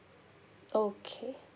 okay